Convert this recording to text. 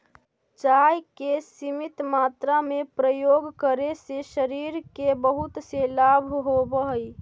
चाय के सीमित मात्रा में प्रयोग करे से शरीर के बहुत से लाभ होवऽ हइ